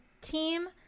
team